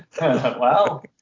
Wow